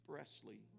expressly